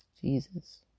Jesus